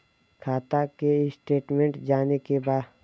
खाता के स्टेटमेंट जाने के बा?